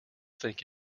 think